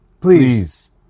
Please